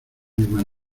misma